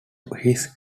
his